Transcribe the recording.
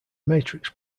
matrix